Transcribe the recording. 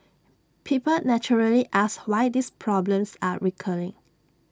people naturally ask why these problems are recurring